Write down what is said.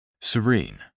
Serene